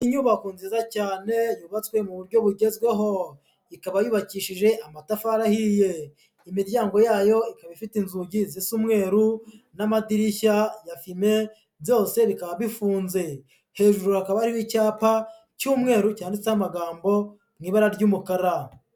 Inyubako nziza cyane yubatswe mu buryo bugezweho, ikaba yubakishije amatafari ahiye, imiryango yayo ikaba ifite inzugi zisa umweru n'amadirishya ya fime byose bikaba bifunze, hejuru hakaba ari icyapa cy'umweru cyanditseho amagambo mu ibara ry'umukara.